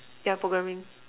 yeah programming